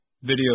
video